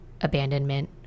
abandonment